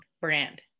brand